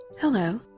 Hello